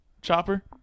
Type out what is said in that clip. Chopper